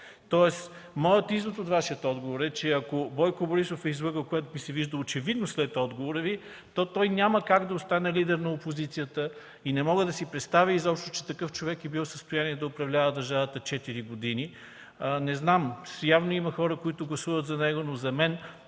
цяло. Моят извод от Вашия отговор е, че ако Бойко Борисов е излъгал, което ми се вижда очевидно след отговора Ви, то той няма как да остане лидер на опозицията. Не мога да си представя изобщо, че такъв човек е бил в състояние да управлява държавата четири години. Не знам, явно има хора, които гласуват за него, но за мен